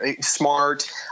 smart